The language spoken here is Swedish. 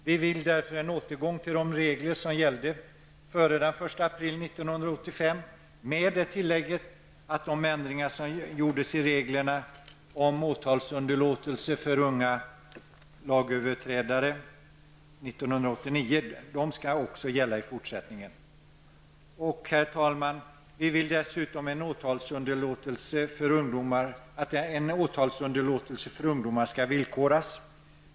Vi vill därför ha en återgång till de regler som gällde före den 1 april 1985, med det tillägget att de ändringar som gjordes om åtalsunderlåtelse för unga lagöverträdare 1989 skall gälla också i fortsättningen. Herr talman! Vi vill dessutom att åtalsunderlåtelse för ungdomar skall villkoras.